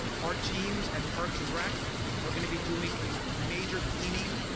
our teams at parks and rec are gonna be doing a major cleaning.